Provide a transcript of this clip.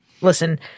listen